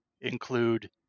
include